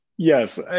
Yes